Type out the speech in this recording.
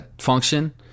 function